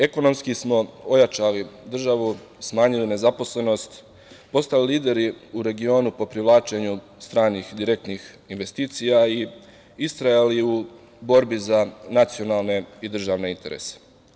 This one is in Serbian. Ekonomski smo ojačali državu, smanjili nezaposlenost, postali lideri u regionu po privlačenju stranih direktnih investicija i istrajali u borbi za nacionalne i državne interese.